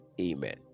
amen